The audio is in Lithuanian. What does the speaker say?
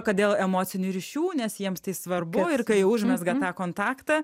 kad dėl emocinių ryšių nes jiems tai svarbu ir kai užmezga tą kontaktą